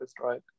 right